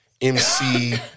MC